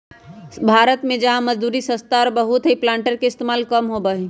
भारत में जहाँ मजदूरी सस्ता और बहुत हई प्लांटर के इस्तेमाल कम होबा हई